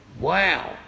Wow